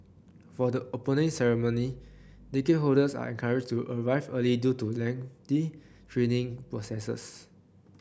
for the Opening Ceremony ticket holders are encouraged to arrive early due to lengthy screening processes